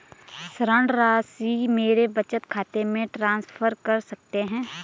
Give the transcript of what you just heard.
ऋण राशि मेरे बचत खाते में ट्रांसफर कर सकते हैं?